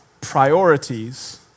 priorities